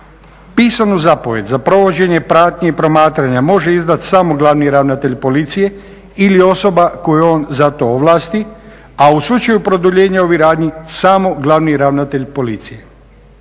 Pisanu zapovijed za provođenje pratnji i promatranja može izdati samo glavni ravnatelj policije ili osoba koju on za to ovlasti, a u slučaju produljenja ovih radnji samo glavni ravnatelj policije.